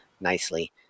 nicely